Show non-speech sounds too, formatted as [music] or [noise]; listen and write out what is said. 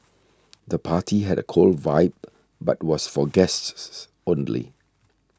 the party had a cool vibe but was for guests [unintelligible] only